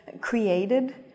created